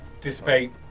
dissipate